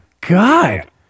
God